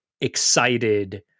excited